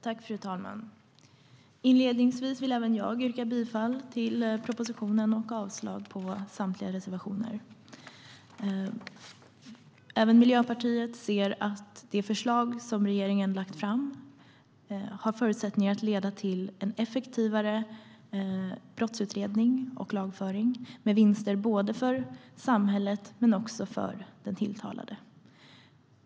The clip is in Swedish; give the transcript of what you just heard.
Fru talman! Inledningsvis vill även jag yrka bifall till propositionen och avslag på samtliga reservationer. Även Miljöpartiet ser att det förslag som regeringen lagt fram har förutsättningar att leda till effektivare brottsutredning och lagföring med vinster för både samhället och den tilltalade.